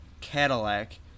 Cadillac